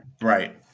Right